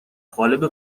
قالب